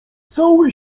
cały